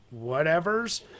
whatevers